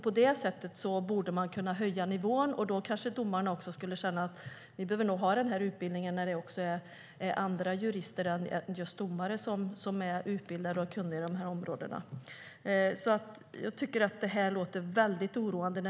På det sättet borde man kunna höja nivån, och då kanske domarna skulle känna att de nog behöver ha den här utbildningen när det är andra jurister än domare som är utbildade och kunniga på de här områdena. Jag tycker att det här låter väldigt oroande.